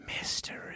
Mystery